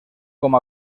com